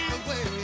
away